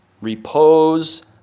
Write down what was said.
Repose